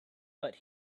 but